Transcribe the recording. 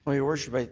ah your worship.